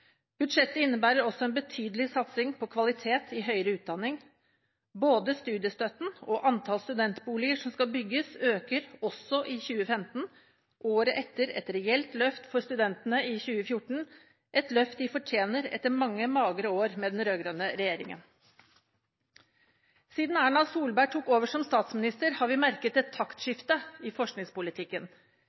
Budsjettet innebærer også en betydelig satsing på kvalitet i høyere utdanning. Både studiestøtten og antall studentboliger som skal bygges, øker også i 2015 – året etter et reelt løft for studenter i 2014, et løft de fortjente etter mange magre år med den rød-grønne regjeringen. Siden Erna Solberg tok over som statsminister, har vi merket et taktskifte i forskningspolitikken.